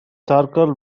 charcoal